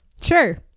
Sure